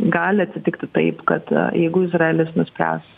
gali atsitikti taip kad jeigu izraelis nuspręs